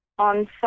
on